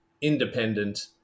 independent